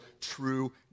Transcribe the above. true